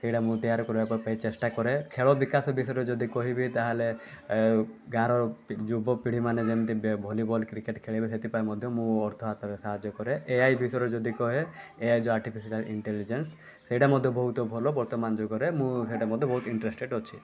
ସେଇଟା ମୁଁ ତିଆରି କରିବାପାଇଁ ଚେଷ୍ଟା କରେ ଖେଳ ବିକାଶ ବିଷୟରେ ଯଦି କହିବି ତାହେଲେ ଏ ଗାଁର ଯୁବପିଢ଼ୀମାନେ ଯେମିତି ଭଲିବଲ କ୍ରିକେଟ୍ ଖେଳିବେ ସେଥିପାଇଁ ମଧ୍ୟ ମୁଁ ଅର୍ଥ ହାତରେ ସାହାଯ୍ୟ କରେ ଏ ଆଇ ବିଷୟରେ ଯଦି କୁହେ ଏ ଆଇ ଯେଉଁ ଆର୍ଟିଫିସିଆଲ୍ ଇଣ୍ଟେଲିଜେନ୍ସ ସେଇଟା ମଧ୍ୟ ବହୁତ ଭଲ ବର୍ତ୍ତମାନ ଯୁଗରେ ମୁଁ ସେଇଟା ମଧ୍ୟ ବହୁତ ଇଣ୍ଟ୍ରେଷ୍ଟେଡ଼ ଅଛି